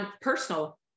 personal